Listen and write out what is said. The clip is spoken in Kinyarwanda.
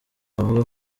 avuga